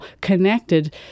connected